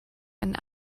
and